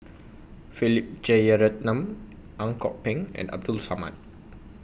Philip Jeyaretnam Ang Kok Peng and Abdul Samad